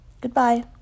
Goodbye